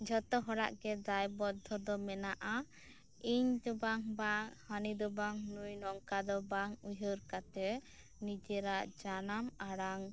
ᱡᱷᱚᱛᱚ ᱦᱚᱲᱟᱜ ᱜᱮ ᱫᱟᱭᱵᱚᱫᱽᱫᱷᱚ ᱫᱚ ᱢᱮᱱᱟᱜᱼᱟ ᱤᱧ ᱫᱚ ᱵᱟᱝ ᱵᱟ ᱦᱟᱱᱤ ᱫᱚ ᱵᱟᱝ ᱱᱩᱭ ᱱᱚᱝᱠᱟ ᱫᱚ ᱵᱟᱝ ᱩᱭᱦᱟᱹᱨ ᱠᱟᱛᱮᱫ ᱱᱤᱡᱮᱨᱟᱜ ᱡᱟᱱᱟᱢ ᱟᱲᱟᱝ